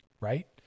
right